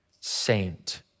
saint